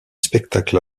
spectacles